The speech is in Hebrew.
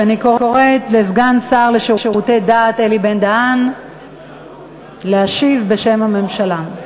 ואני קוראת לסגן השר לשירותי דת אלי בן-דהן להשיב בשם הממשלה.